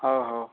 ହଁ ହଉ